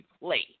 play